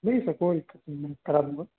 नहीं सर कोई दिक़्क़त नहीं मैं करा दूँगा